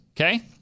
okay